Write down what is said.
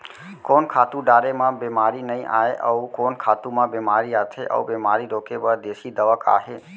कोन खातू डारे म बेमारी नई आये, अऊ कोन खातू म बेमारी आथे अऊ बेमारी रोके बर देसी दवा का हे?